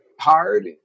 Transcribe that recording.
hard